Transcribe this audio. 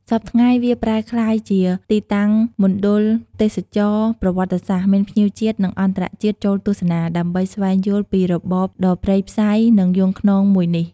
សព្វថ្ងៃ វាប្រែក្លាយជាទីតាំងមណ្ឌលទេសចរណ៍ប្រវត្តិសាស្ត្រ មានភ្ញៀវជាតិ និងអន្តរជាតិចូលទស្សនា ដើម្បីស្វែងយល់ពីរបបដ៏ព្រៃផ្សៃ និង យង់ឃ្នងមួយនេះ។